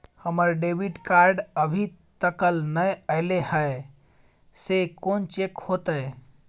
हमर debit card अभी तकल नय अयले हैं, से कोन चेक होतै?